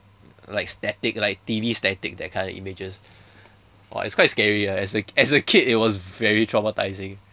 like static like T_V static that kind of images it's quite scary ah as a as a kid it was very traumatising